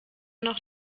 noch